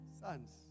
Sons